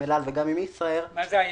אל על וגם עם ישראייר- -- מה זה היתר?